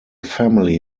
family